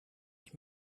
ich